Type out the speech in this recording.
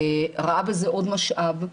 ראה בזה עוד משאב.